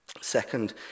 second